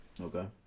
Okay